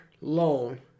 loan